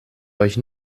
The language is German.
euch